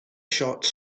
shots